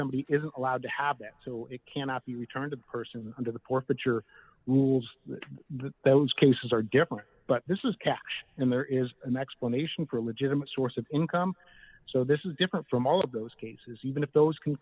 somebody is allowed to have them so it cannot be returned to the person under the court that your rules that those cases are different but this is cash and there is an explanation for a legitimate source of income so this is different from all of those cases even if those can